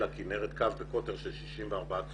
אל הכינרת, קו בקוטר של 64 צול.